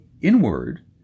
inward